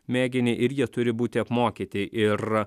mėginį ir jie turi būti apmokyti ir